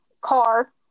car